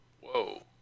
Whoa